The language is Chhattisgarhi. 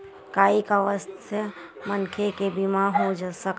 का एक अस्वस्थ मनखे के बीमा हो सकथे?